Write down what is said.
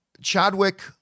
Chadwick